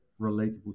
relatable